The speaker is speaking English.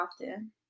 often